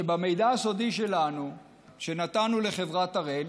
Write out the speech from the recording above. שהמידע הסודי שלנו שנתנו לחברת הראל,